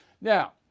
Now